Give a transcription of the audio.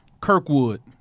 Kirkwood